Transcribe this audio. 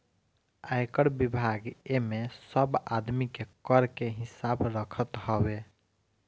आयकर विभाग एमे सब आदमी के कर के हिसाब रखत हवे